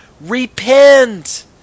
Repent